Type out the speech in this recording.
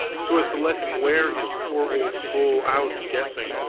so as to let him wear his poor old soul out guessing.